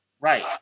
right